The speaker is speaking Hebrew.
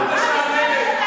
את משעממת...